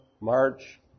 March